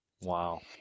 Wow